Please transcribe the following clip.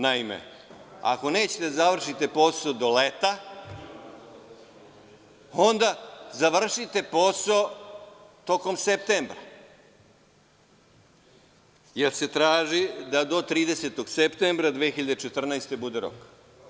Naime, ako nećete da završite posao do leta, onda završite posao tokom septembra meseca, jer se traži da do 31. septembra 2014. godine bude rok.